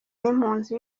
n’impunzi